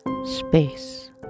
Space